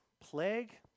plague